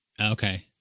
Okay